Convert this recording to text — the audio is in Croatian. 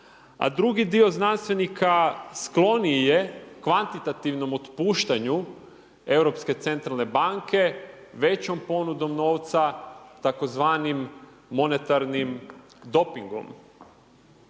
a drugi dio znanstvenika skloniji je kvantitativnom otpuštanju Europske centralne banke većom ponudom novca tzv. monetarnim dopingom.